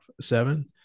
seven